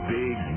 big